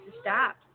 stop